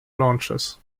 launches